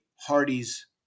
Hardy's